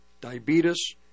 diabetes